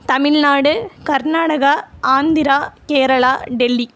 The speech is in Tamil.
தமிழ்நாடு கர்நாடகா ஆந்திரா கேரளா டெல்லி